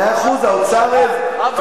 מאה אחוז, האוצר, שנה.